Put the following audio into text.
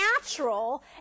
natural